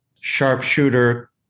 Sharpshooter